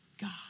God